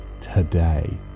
Today